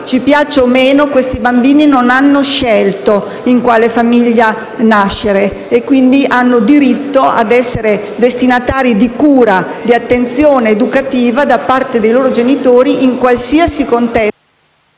Ci piaccia o meno, questi bambini non hanno scelto in quale famiglia nascere, quindi hanno diritto a essere destinatari di cura, di attenzione educativa da parte dei loro genitori in qualsiasi contesto.